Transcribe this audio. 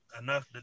enough